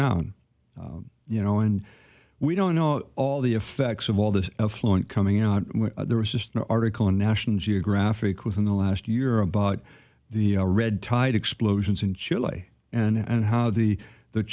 sound you know and we don't know all the effects of all this effluent coming out there was just an article in national geographic within the last year about the red tide explosions in chile and how the the